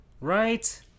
right